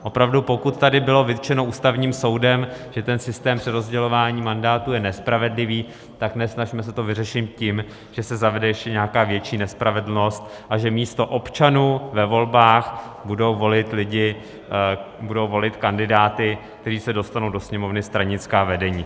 Opravdu pokud tady bylo vyřčeno Ústavním soudem, že systém přerozdělování mandátů je nespravedlivý, tak nesnažme se to vyřešit tím, že se zavede ještě nějaká větší nespravedlnost a že místo občanů ve volbách budou volit kandidáty, kteří se dostanou do Sněmovny, stranická vedení.